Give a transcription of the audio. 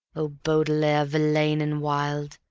oh baudelaire, verlaine and wilde,